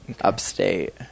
Upstate